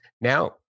Now